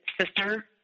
sister